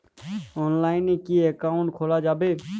অনলাইনে কি অ্যাকাউন্ট খোলা যাবে?